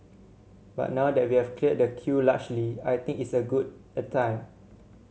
but now that we've cleared the queue largely I think it's a good a time